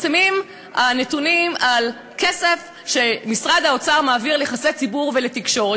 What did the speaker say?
מתפרסמים הנתונים על כסף שמשרד האוצר מעביר ליחסי ציבור ולתקשורת.